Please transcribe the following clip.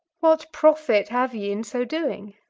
what profit have ye in so doing?